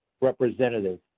representative